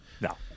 No